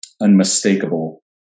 unmistakable